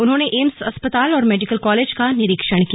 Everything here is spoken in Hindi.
उन्होंने एम्स अस्पताल और मेडिकल कॉलेज का निरीक्षण किया